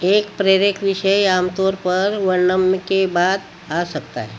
एक प्रेरक विषय आमतौर पर वर्णम के बाद आ सकता है